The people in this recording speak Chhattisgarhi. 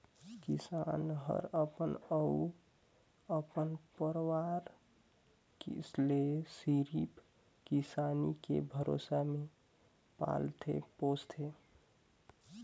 किसान हर अपन अउ अपन परवार ले सिरिफ किसानी के भरोसा मे पालथे पोसथे